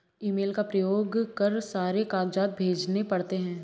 email का प्रयोग कर सारे कागजात भेजने पड़ते हैं